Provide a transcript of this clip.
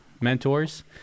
mentors